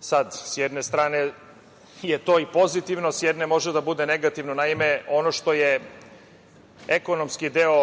Sa jedne strane je to i pozitivno, a s jedne može da bude i negativno. Naime, ono što je ekonomski deo